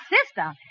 sister